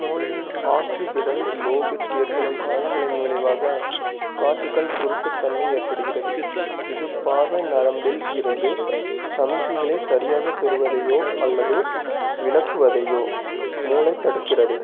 மூளையின் ஆக்ஸிபிடல் லோபிற்கு ஏற்படும் காயங்களின் விளைவாக கார்டிகல் குருட்டுத்தன்மை ஏற்படுகிறது இது பார்வை நரம்பில் இருந்து சமிக்ஞைகளை சரியாகப் பெறுவதையோ அல்லது விளக்குவதையோ மூளை தடுக்கிறது